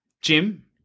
Jim